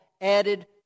added